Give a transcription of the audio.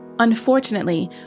Unfortunately